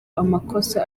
amakosa